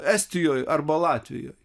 estijoj arba latvijoj